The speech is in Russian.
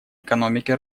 экономике